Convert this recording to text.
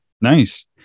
Nice